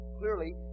clearly